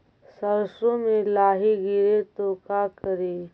सरसो मे लाहि गिरे तो का करि?